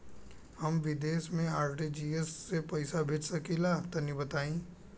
हम विदेस मे आर.टी.जी.एस से पईसा भेज सकिला तनि बताई?